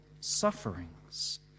sufferings